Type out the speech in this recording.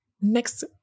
next